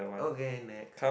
okay next